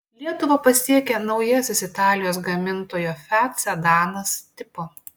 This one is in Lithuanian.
lietuvą pasiekė naujasis italijos gamintojo fiat sedanas tipo